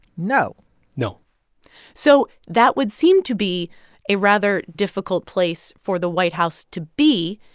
no no so that would seem to be a rather difficult place for the white house to be.